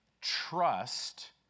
Trust